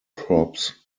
crops